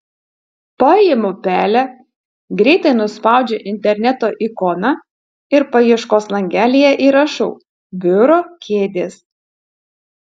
paimu pelę greitai nuspaudžiu interneto ikoną ir paieškos langelyje įrašau biuro kėdės